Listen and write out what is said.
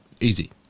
Easy